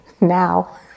now